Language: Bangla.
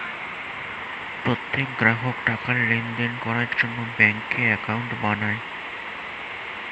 প্রত্যেক গ্রাহক টাকার লেনদেন করার জন্য ব্যাঙ্কে অ্যাকাউন্ট বানায়